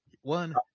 One